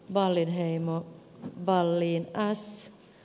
wallinheimo valliin taas